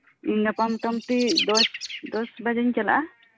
ᱤᱧ ᱜᱟᱯᱟ ᱢᱚᱴᱟᱢᱚᱴᱤ ᱫᱚᱥ ᱫᱚᱥ ᱵᱟᱡᱮᱧ ᱪᱟᱞᱟᱜ ᱟ